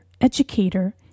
educator